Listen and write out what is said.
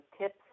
tips